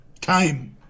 time